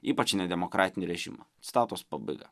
ypač nedemokratinį režimą citatos pabaiga